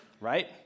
right